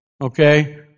Okay